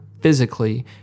physically